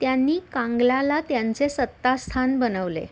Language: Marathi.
त्यांनी कांगलाला त्यांचे सत्तास्थान बनवले